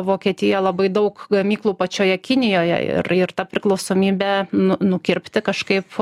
vokietija labai daug gamyklų pačioje kinijoje ir ir tą priklausomybę nu nukirpti kažkaip